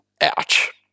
ouch